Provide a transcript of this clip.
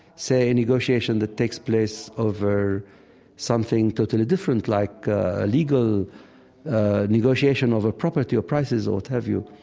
say, a negotiation that takes place over something totally different, like a legal negotiation over property or prices or what have you.